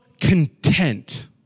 content